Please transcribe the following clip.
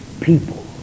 people